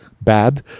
bad